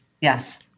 Yes